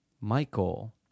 Michael